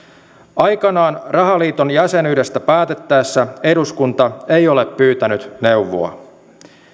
aikanaan rahaliiton jäsenyydestä päätettäessä eduskunta ei ole pyytänyt neuvoa